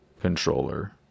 controller